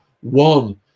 one